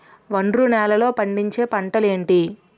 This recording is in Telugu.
ఒండ్రు నేలలో పండించే పంటలు ఏంటి?